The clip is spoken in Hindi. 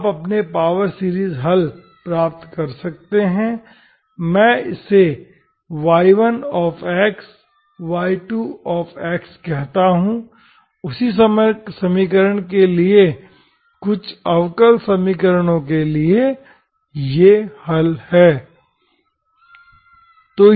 आप अपनी पावर सीरीज हल प्राप्त कर सकते हैं मैं इसे y1 y2 कहता हूं उसी समीकरण के लिए कुछ अवकल समीकरणों के लिए ये हल हैं